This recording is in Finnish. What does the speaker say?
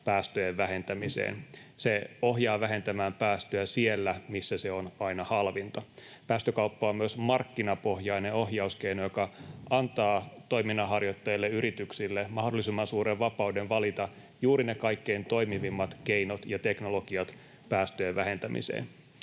päästöjen vähentämiseen. Se ohjaa vähentämään päästöjä aina siellä, missä se on halvinta. Päästökauppa on myös markkinapohjainen ohjauskeino, joka antaa toiminnanharjoittajille, yrityksille mahdollisimman suuren vapauden valita juuri ne kaikkein toimivimmat keinot ja teknologiat päästöjen vähentämiseen.